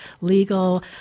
legal